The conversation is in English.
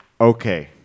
Okay